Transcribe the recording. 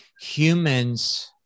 Humans